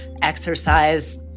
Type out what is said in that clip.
exercise